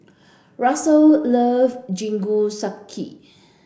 Russel love Jingisukan